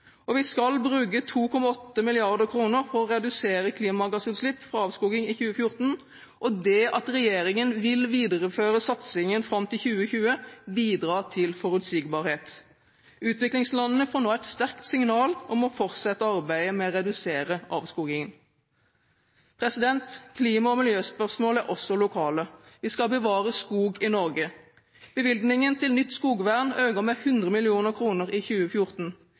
gjennombrudd. Vi skal bruke 2,8 mrd. kr for å redusere klimagassutslipp fra avskoging i 2014, og det at regjeringen vil videreføre satsingen fram til 2020, bidrar til forutsigbarhet. Utviklingslandene får nå et sterkt signal om å fortsette arbeidet med å redusere avskogingen. Klima- og miljøspørsmål er også lokale. Vi skal bevare skog i Norge. Bevilgningen til nytt skogvern øker med 100 mill. kr i 2014.